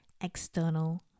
external